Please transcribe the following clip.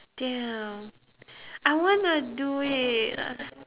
ya I want to do it uh